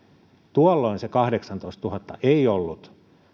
tuolloin se kahdeksantoistatuhatta ei ollut